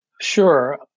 Sure